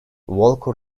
walker